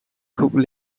cooke